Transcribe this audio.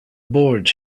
board